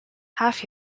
half